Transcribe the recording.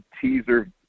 teaser